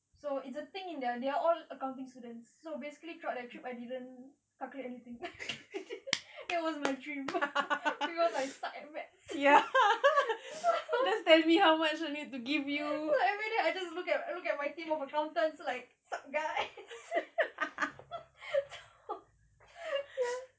so it's a thing in their they are all accounting students so basically throughout the trip I didn't calculate anything it was my dream it was like suck at math like everyday I just look at look at my team of accountants like what's up guys so